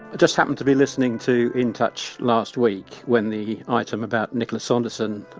just happened to be listening to in touch last week when the item about nicholas sanderson,